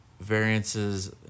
variances